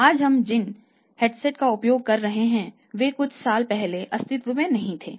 आज हम जिन हेडसेट का उपयोग कर रहे हैं वे कुछ साल पहले अस्तित्व में नहीं थे